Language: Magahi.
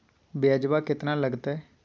ब्यजवा केतना लगते?